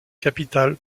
capital